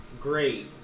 Great